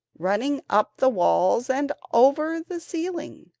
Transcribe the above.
running up the walls and over the ceiling,